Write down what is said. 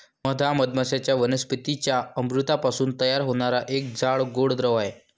मध हा मधमाश्यांद्वारे वनस्पतीं च्या अमृतापासून तयार होणारा एक जाड, गोड द्रव आहे